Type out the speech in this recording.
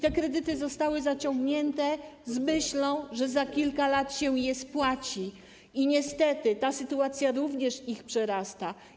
Te kredyty zostały zaciągnięte z myślą, że za kilka lat się je spłaci, i niestety ta sytuacja również tych ludzi przerasta.